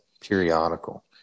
periodical